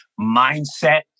mindset